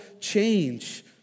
change